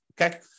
Okay